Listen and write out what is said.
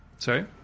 Sorry